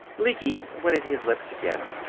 lecky wetted his lips again.